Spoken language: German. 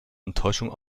enttäuschung